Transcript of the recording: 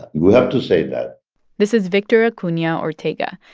but you have to say that this is victor acuna ortega.